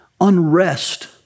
unrest